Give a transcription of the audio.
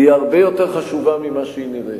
היא הרבה יותר חשובה ממה שהיא נראית.